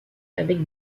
avec